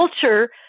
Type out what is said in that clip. culture